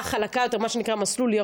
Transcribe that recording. החוק הזה הוא חוק מסוכן,